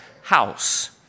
house